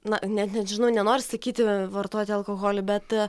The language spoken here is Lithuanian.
na net nežinau nenoriu sakyti vartoti alkoholį bet